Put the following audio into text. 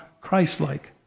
Christ-like